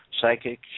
Psychic